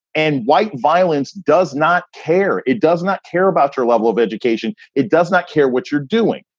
and white violence does not care. it does not care about your level of education. it does not care what you're doing.